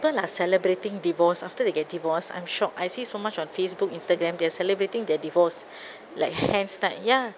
people are celebrating divorce after they get divorced I'm shocked I see so much on facebook instagram they're celebrating their divorce like hen's night ya